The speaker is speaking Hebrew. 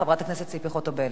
חברת הכנסת ציפי חוטובלי.